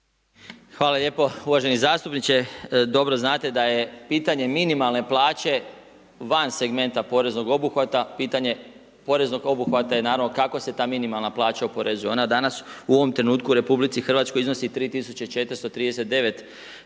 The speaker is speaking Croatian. Hvala lijepo uvaženi zastupniče. Dobro znate da je pitanje minimalne plaće van segmenta poreznog obuhvata, pitanje poreznog obuhvata je naravno kako se ta minimalna plaća oporezuje. Ona danas u ovom trenutku u RH iznosi 3439 kuna